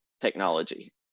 technology